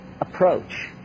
approach